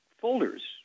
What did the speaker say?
folders